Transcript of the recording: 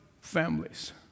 families